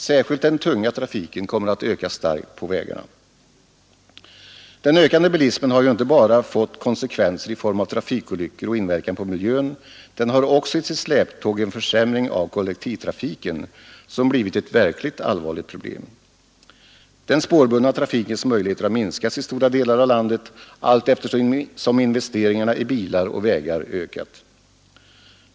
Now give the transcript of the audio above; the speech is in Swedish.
Särskilt den tunga trafiken kommer att öka starkt på vägarna. Den ökande bilismen har inte bara fått konsekvenser i form av trafikolyckor och inverkan på miljön — den har också i sitt släptåg en försämring av kollektivtrafiken, som blivit ett verkligt allvarligt problem. Den spårbundna trafikens möjligheter har minskats i stora delar av landet, allteftersom investeringarna i bilar och vägar ökat.